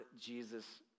Jesus